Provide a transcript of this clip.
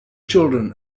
children